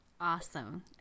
Awesome